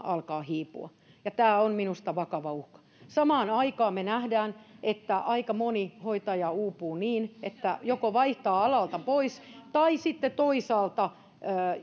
alkaa hiipua ja tämä on minusta vakava uhka samaan aikaan me näemme että aika moni hoitaja uupuu niin että joko vaihtaa alalta pois tai sitten toisaalta